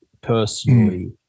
personally